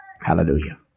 hallelujah